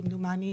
כמדומני,